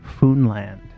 Foonland